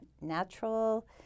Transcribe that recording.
Natural